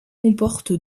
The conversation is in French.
comporte